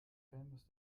fernbus